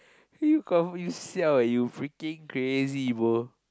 you call me you siao eh you freaking crazy bro